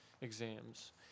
Exams